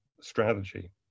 strategy